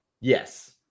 Yes